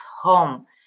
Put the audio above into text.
home